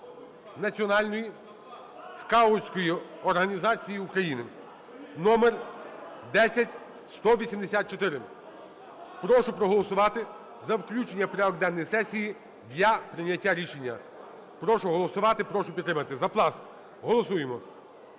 Національної скаутської організації України (№10184). Прошу проголосувати за включення в порядок денний сесії для прийняття рішення. Прошу проголосувати. Прошу підтримати. За Пласт. Голосуємо.